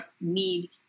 need